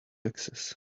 access